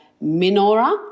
minora